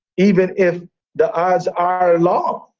even if the odds are long.